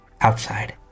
outside